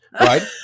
Right